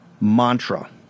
mantra